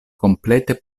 komplete